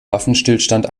waffenstillstand